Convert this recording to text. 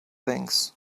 things